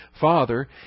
father